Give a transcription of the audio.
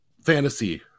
fantasy